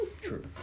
True